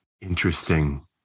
Interesting